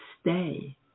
stay